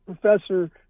professor